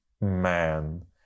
man